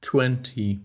Twenty